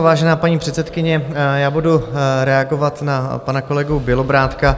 Vážená paní předsedkyně, budu reagovat na pana kolegu Bělobrádka.